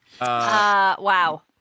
Wow